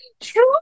True